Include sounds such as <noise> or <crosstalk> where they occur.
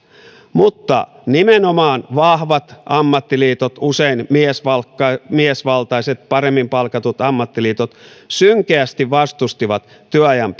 mutta nimenomaan vahvat ammattiliitot usein miesvaltaiset miesvaltaiset paremmin palkatut ammattiliitot synkeästi vastustivat työajan <unintelligible>